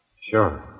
Sure